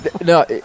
No